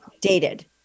dated